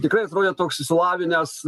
tikrai atrodė toks išsilavinęs